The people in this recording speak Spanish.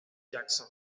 jackson